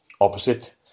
Opposite